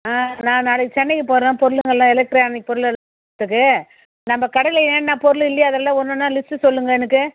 நான் நாளைக்கு சென்னைக்கு போகிறேன் பொருளுங்கள் எல்லாம் எலெக்ட்ரானிக் பொருள் நம்ப கடையில் ஏன்ன பொருள் இல்லையோ அதெல்லாம் ஒன்னொன்றா லிஸ்ட்டு சொல்லுங்கள் எனக்கு